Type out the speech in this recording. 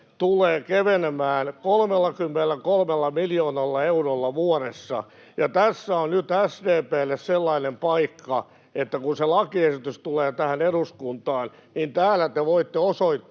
tulee kevenemään 33 miljoonalla eurolla vuodessa. Tässä on nyt SDP:lle sellainen paikka, että kun se lakiesitys tulee eduskuntaan, niin täällä te voitte osoittaa